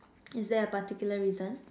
is there a particular reason